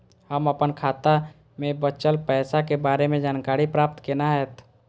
हम अपन खाता में बचल पैसा के बारे में जानकारी प्राप्त केना हैत?